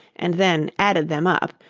and then added them up,